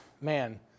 man